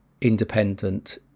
independent